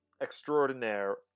extraordinaire